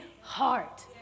heart